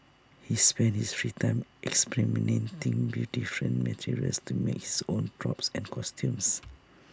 he spends his free time experimenting with different materials to make his own props and costumes